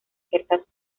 ciertas